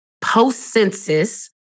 post-census